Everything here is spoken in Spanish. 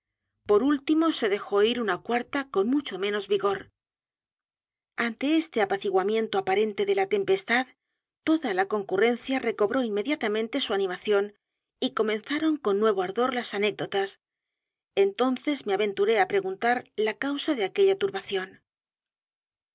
por último se dejó oír una cuarta con mucho menos vigor ante este apaciguamiento aparente de la tempestad toda la concurrencia recobró inmediatamente su animación y comenzaron con nuevo ardor las anécdotas entonces me aventuré á preguntar la causa de aquella turbación